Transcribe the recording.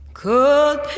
cold